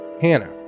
Hannah